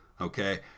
okay